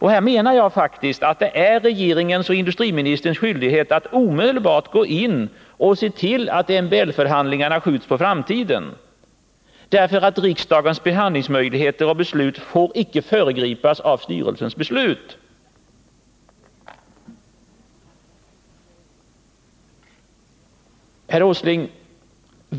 Här menar jag faktiskt att det är regeringens och industriministerns skyldighet att omedelbart gå in och se till att MBL förhandlingarna skjuts på framtiden, därför att riksdagens möjligheter att behandla frågan och fatta beslut icke får föregripas av styrelsens beslut. Herr Åsling!